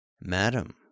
Madam